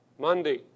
Monday